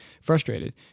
frustrated